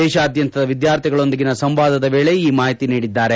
ದೇಶಾದ್ಯಂತ ವಿದ್ಯಾರ್ಥಿಗಳೊಂದಿಗಿನ ಸಂವಾದದ ವೇಳೆ ಈ ಮಾಹಿತಿ ನೀಡಿದ್ದಾರೆ